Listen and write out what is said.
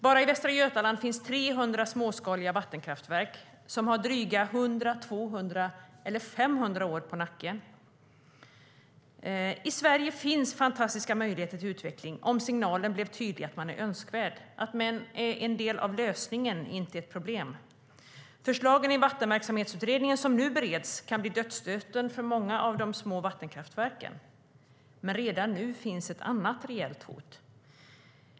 Bara i Västra Götaland finns 300 småskaliga vattenkraftverk som har drygt 100, 200 eller 500 år på nacken. I Sverige finns fantastiska möjligheter till utveckling om signalen blev tydlig att man är önskvärd och att man är en del av lösningen - inte ett problem. Förslagen i Vattenverksamhetsutredningen som nu bereds kan bli dödsstöten för många av de små vattenkraftverken. Men redan nu finns ett annat reellt hot.